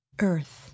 Earth